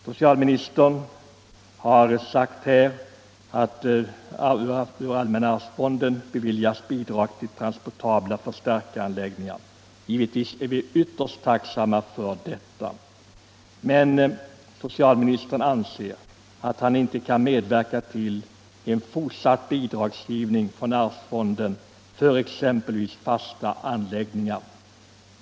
Socialministern sade att ur allmänna arvsfonden beviljas bidrag till transportabla förstärkaranläggningar. Gi 41 vetvis är vi ytterst tacksamma för det. Men socialministern sade sig inte kunna medverka till en ytterligare bidragsgivning från allmänna arvsfonden för exempelvis fasta anläggningar.